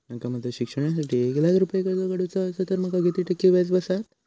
माका माझ्या शिक्षणासाठी एक लाख रुपये कर्ज काढू चा असा तर माका किती टक्के व्याज बसात?